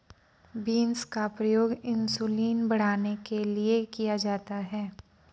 beans का प्रयोग insulin बढ़ाने के लिए किया जाता है